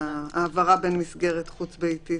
ההעברה בין מסגרת חוץ-ביתית,